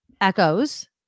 echoes